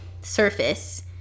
surface